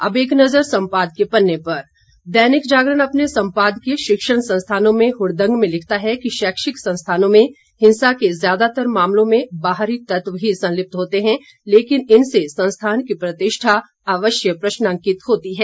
अब एक नज़र सम्पादकीय पन्ने पर दैनिक जागरण अपने सम्पादकीय शिक्षण संस्थानों में हुड़दंग में लिखता है कि शैक्षिक संस्थानों में हिंसा के ज्यादातर मामलों में बाहरी तत्त्व ही संलिप्त होते हैं लेकिन इनसे संस्थान की प्रतिष्ठा अवश्य प्रश्नांकित होती है